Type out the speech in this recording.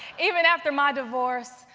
even after my divorce,